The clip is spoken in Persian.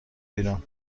بیرون